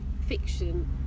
fiction